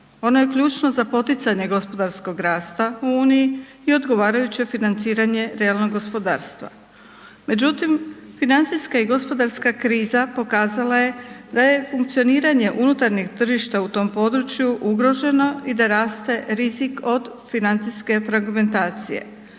ono je ključno za poticanje gospodarskog rasta u uniji i odgovarajuće financiranje realnog gospodarstva. Međutim, financijska i gospodarska kriza pokazala je da je funkcioniranje unutarnjeg tržišta u tom području ugroženo i da raste rizik od financijske fragmentacije,